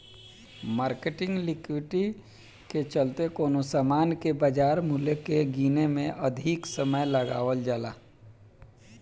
marketing liquidity के चलते कवनो सामान के बाजार मूल्य के गीने में अधिक समय लगावल जाला